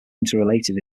interrelated